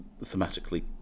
thematically